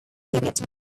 period